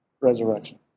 resurrection